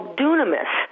dunamis